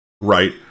right